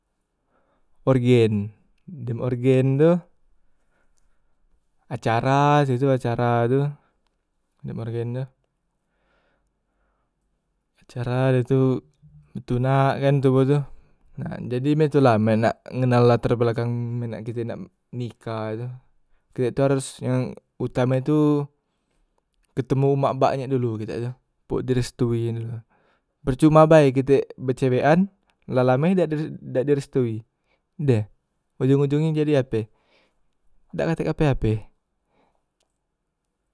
Orgen, dem orgen tu acara se tu acara tu dem orgen tu, acara de tu betunak kan toboh tu, nah jadi mak itu la men nak ngenal latar belakang men kite nak nikah tu, kite tu harus yang utame tu betemu umak bak nye dulu kite tu, bok di restuin percuma bae kite becewekan la lame dak di, dak di restui de, ojong- ojong e jadi ape, dak katek ape- ape.